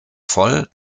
voll